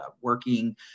working